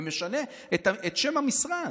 ומשנה את שם המשרד.